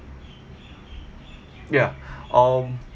ya um